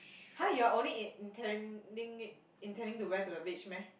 !huh! you're only intending it intending to wear to the beach meh